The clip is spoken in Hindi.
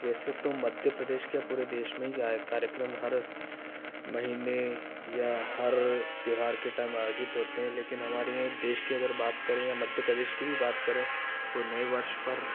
वैसे तो मध्य प्रदेश क्या पूरे देश में ही आय कार्यक्रम हर महीने या हर त्यौहार के टाइम आयोजित होते हैं लेकिन हमारे यहाँ देश के अगर बात करें या मध्य प्रदेश की भी बात करें तो नए वर्ष पर